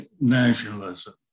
nationalism